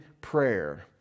prayer